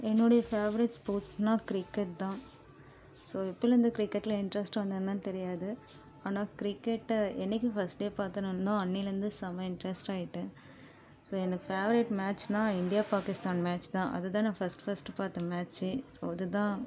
என்னுடைய ஃபேவரட் ஸ்போர்ட்ஸ்னா கிரிக்கெட்தான் ஸோ எப்போலேருந்து கிரிக்கெட்ல இன்ட்ரெஸ்ட் வந்ததுனுலாம் தெரியாது ஆனால் கிரிக்கெட்டை என்னக்கு ஃபஸ்ட் டே பார்த்தனேன்னோ அன்னையிலேருந்து செம்ம இன்ட்ரெஸ்ட் ஆகிட்டேன் ஸோ எனக்கு ஃபேவரட் மேட்ச்னால் இந்தியா பாகிஸ்தான் மேட்ச்தான் அதுதான் நான் ஃபஸ்ட் ஃபஸ்ட் பார்த்த மேட்ச்சு ஸோ அதுதான்